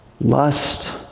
lust